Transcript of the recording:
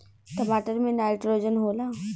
टमाटर मे नाइट्रोजन होला?